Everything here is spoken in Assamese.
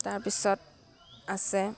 তাৰপিছত আছে